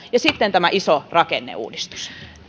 ja sitten tämä iso rakenneuudistus